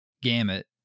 gamut